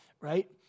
right